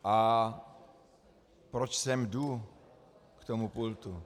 A proč sem jdu k tomu pultu?